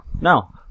No